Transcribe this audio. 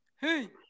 hey